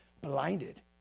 blinded